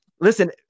listen